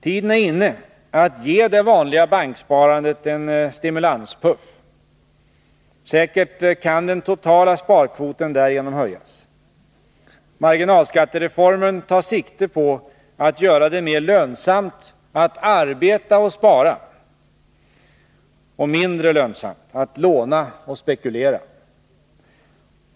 Tiden är inne att ge det vanliga banksparandet en stimulanspuff. Säkert kan den totala sparkvoten därigenom höjas. Marginalskattereformen tar sikte på att göra det mer lönsamt att arbeta och spara och mindre lönsamt att låna och spekulera.